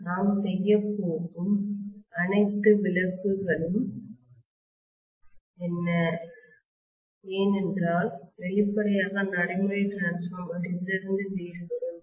நாம் செய்யப் போகும் அனைத்து விலக்குகளும் என்ன ஏனென்றால் வெளிப்படையாக நடைமுறை மடிரான்ஸ்பார்மர் இதிலிருந்து வேறுபடும்